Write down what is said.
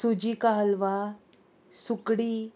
सुजी का हलवा सुकडी